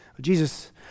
Jesus